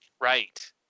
Right